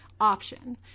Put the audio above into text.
option